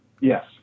Yes